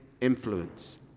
influence